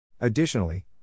Additionally